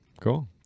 cool